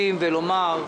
ולומר,